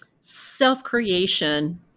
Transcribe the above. self-creation